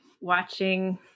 watching